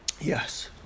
Yes